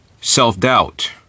self-doubt